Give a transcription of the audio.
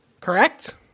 correct